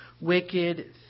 wicked